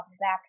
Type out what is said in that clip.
back